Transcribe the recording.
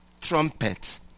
trumpet